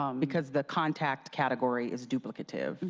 um because the contact category is duplicated.